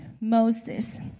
moses